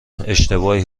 اشتباهی